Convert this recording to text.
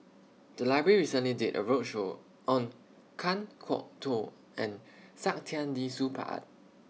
The Library recently did A roadshow on Kan Kwok Toh and Saktiandi Supaat